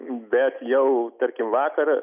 bet jau tarkim vakar